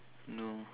no